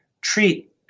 treat